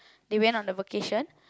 they went on a vacation